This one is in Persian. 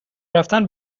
رفتن